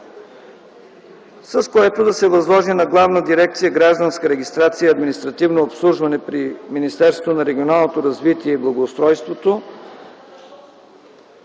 с който да се възложи на Главна дирекция „Гражданска регистрация и административно обслужване” при Министерството на регионалното развитие и благоустройството...